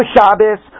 Shabbos